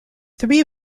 three